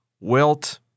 Wilt